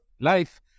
life